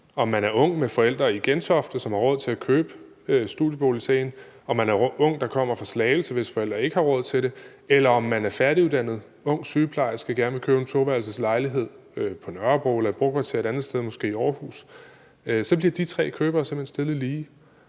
om man er ung med forældre i Gentofte, som har råd til at købe studiebolig til en, om man er ung og kommer fra Slagelse med forældre, der ikke har råd til det, eller om man er en ung færdiguddannet sygeplejerske og gerne vil købe en toværelseslejlighed på Nørrebro eller i et brokvarter et andet sted, måske i Aarhus, så bliver de tre købere simpelt